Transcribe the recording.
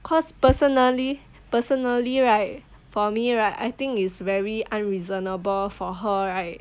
because personally personally right for me right I think it's very unreasonable for her right